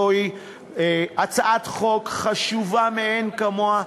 זוהי הצעת חוק חשובה מאין-כמוה,